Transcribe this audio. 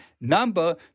number